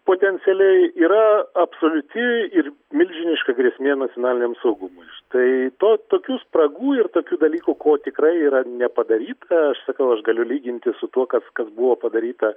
potencialiai yra absoliuti ir milžiniška grėsmė nacionaliniam saugumui tai to tokių spragų ir tokių dalykų ko tikrai yra nepadaryta aš sakau aš galiu lyginti su tuo kas kas buvo padaryta